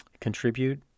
contribute